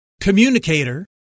communicator